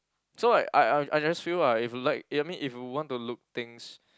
so I I I I just feel like if you like I mean if you want to look things